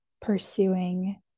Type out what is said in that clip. pursuing